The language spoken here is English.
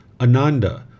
Ananda